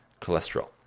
cholesterol